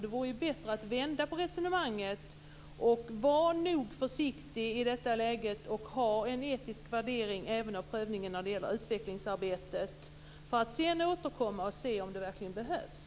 Det vore ju bättre att vända på resonemanget och vara nog försiktig i detta läge och göra en etisk värdering även av prövningen när det gäller utvecklingsarbetet för att sedan återkomma och se om det verkligen behövs.